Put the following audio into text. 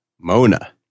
Mona